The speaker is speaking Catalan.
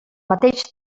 mateix